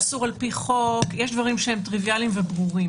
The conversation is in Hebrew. יש דברים שהם טריוויאליים וברורים,